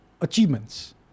achievements